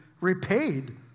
repaid